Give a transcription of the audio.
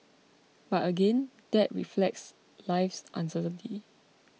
but again that reflects life's uncertainty